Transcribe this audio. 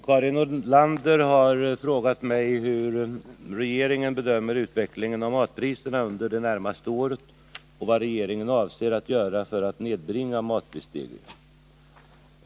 Herr talman! Karin Nordlander har frågat mig hur regeringen bedömer utvecklingen av matpriserna under det närmaste året och vad regeringen avser att göra för att nedbringa matprisstegringarna.